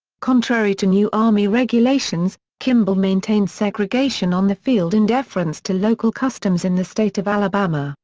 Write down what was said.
contrary to new army regulations, kimble maintained segregation on the field in deference to local customs in the state of alabama,